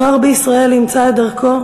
הנוער בישראל ימצא את דרכו,